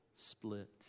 split